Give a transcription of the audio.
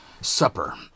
supper